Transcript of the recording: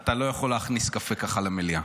-- אתה לא יכול להכניס קפה ככה למליאה.